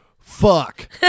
fuck